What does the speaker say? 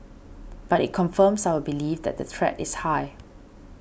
but it confirms our belief that the threat is high